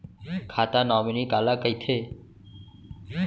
खाता नॉमिनी काला कइथे?